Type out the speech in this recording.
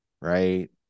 right